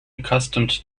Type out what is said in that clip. accustomed